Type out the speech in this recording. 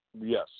Yes